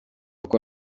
uko